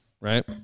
Right